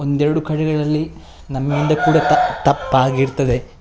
ಒಂದೆರಡು ಕಡೆಗಳಲ್ಲಿ ನಮ್ಮಿಂದ ಕೂಡ ತಪ್ಪು ತಪ್ಪಾಗಿರ್ತದೆ